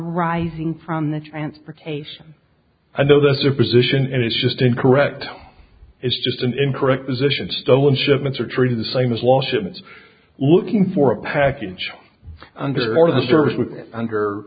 rising from the transportation i know that's their position and it's just incorrect is just an incorrect position stolen shipments are treated the same as lawsuits looking for a package under or the service w